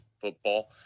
football